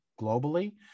globally